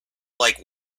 like